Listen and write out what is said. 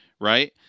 right